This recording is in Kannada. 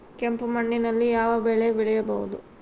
ಕೆಂಪು ಮಣ್ಣಿನಲ್ಲಿ ಯಾವ ಬೆಳೆ ಬೆಳೆಯಬಹುದು?